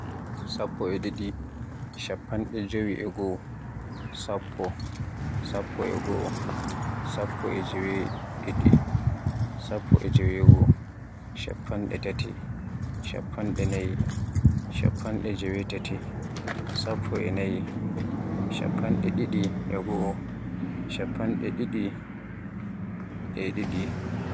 Sappo e ɗiɗi, chappanɗe jowi e goo, sappo, sappo e goo, sappo e jeweɗiɗi, sappo e jowi, chappanɗe tati, chappanɗe nayi, shappanɗe jewetati, sappo e nayi, chappande ɗiɗi e goo, chappande ɗiɗi e ɗiɗi.